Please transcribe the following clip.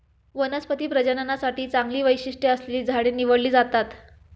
वनस्पती प्रजननासाठी चांगली वैशिष्ट्ये असलेली झाडे निवडली जातात